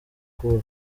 cool